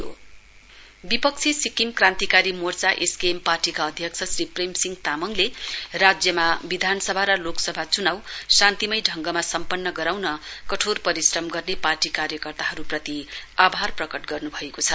SKM विपक्षी Sikkim Krantikari Morcha SKM पार्टीका अध्यक्ष श्री प्रेम सिंह तामाङले राज्यमा विधान र लोकसभा चुनाउ शान्तिमय ढङ्गमा गराउन कठोर परिश्रम गर्ने पार्टी कार्यकर्ताहरूप्रति आभार प्रकट गर्नु भएको छ